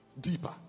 deeper